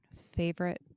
favorite